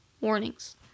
warnings